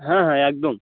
হ্যাঁ হ্যাঁ একদম